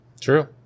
True